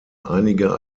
einige